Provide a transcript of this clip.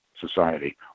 society